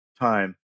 time